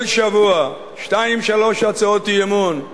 כל שבוע שתיים-שלוש הצעות אי-אמון,